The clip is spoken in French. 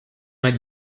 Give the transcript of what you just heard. vingt